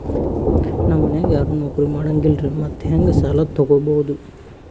ನಮ್ ಮನ್ಯಾಗ ಯಾರೂ ನೌಕ್ರಿ ಮಾಡಂಗಿಲ್ಲ್ರಿ ಮತ್ತೆಹೆಂಗ ಸಾಲಾ ತೊಗೊಬೌದು?